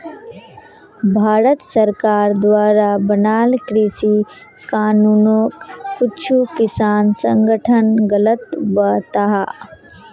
भारत सरकार द्वारा बनाल कृषि कानूनोक कुछु किसान संघठन गलत बताहा